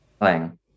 playing